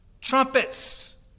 trumpets